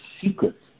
secret